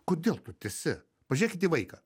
kodėl tu tęsi pažiūrėkit į vaiką